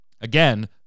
Again